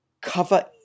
cover